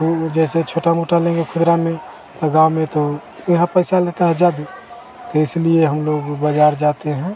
ऊ जैसे छोटा मोटा लईहो खुरान में गाम में तो ईहा पैसा लेकर जाबी त इसलिए हम लोग बाज़ार जाते हैं